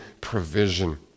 provision